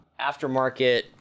aftermarket